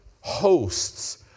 hosts